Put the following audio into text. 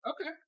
Okay